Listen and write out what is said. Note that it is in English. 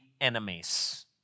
enemies